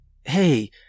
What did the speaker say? Hey